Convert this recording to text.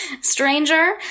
Stranger